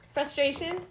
Frustration